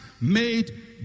made